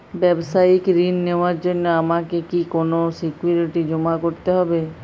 ব্যাবসায়িক ঋণ নেওয়ার জন্য আমাকে কি কোনো সিকিউরিটি জমা করতে হবে?